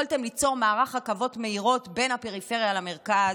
יכולתם ליצור מערך רכבות מהירות בין הפריפריה למרכז,